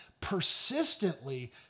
persistently